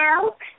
milk